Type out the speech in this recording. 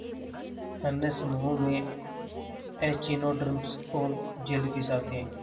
अन्य समूहों में एचिनोडर्म्स और जेलीफ़िश आते है